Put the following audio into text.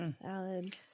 Salad